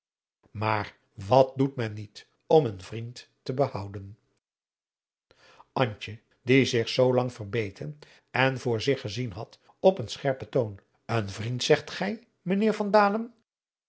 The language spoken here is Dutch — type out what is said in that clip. maar wat doet men niet om een vriend te behouden antje die zich zoolang verbeten en voor zich gezien had op een scherpen toon een vriend zegt gij mijnheer